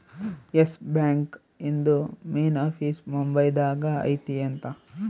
S bank ಇಂದು main office Mumbai ದಾಗ ಐತಿ ಅಂತ